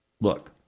Look